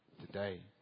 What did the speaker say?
today